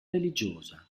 religiosa